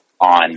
on